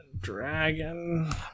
dragon